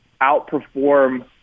outperform